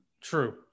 True